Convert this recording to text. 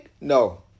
No